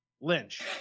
Lynch